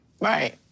Right